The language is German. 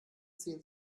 ziehen